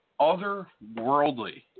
otherworldly